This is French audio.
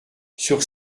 sur